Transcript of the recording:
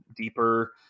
deeper